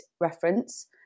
reference